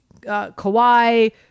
Kawhi